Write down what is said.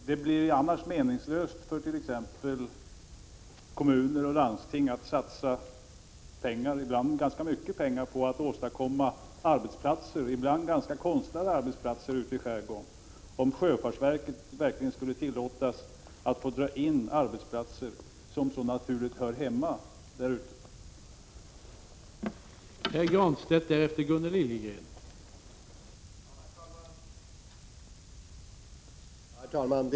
Det blir annars meningslöst för t.ex. kommuner och landsting att satsa pengar, ganska mycket pengar, på att åstadkomma arbetsplatser, ibland konstlade, i skärgården, om sjöfartsverket verkligen skulle tillåtas att få dra in arbetsplatser som så naturligt hör hemma i skärgården.